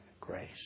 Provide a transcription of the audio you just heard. grace